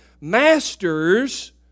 Masters